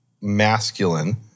masculine